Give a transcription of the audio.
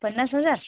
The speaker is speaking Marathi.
पन्नास हजार